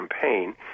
campaign